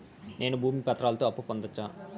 నేను భూమి పత్రాలతో అప్పు పొందొచ్చా?